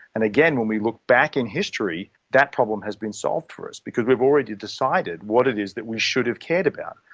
and again, when we look back in history, that problem has been solved for us because we've already decided what it is that we should have cared about.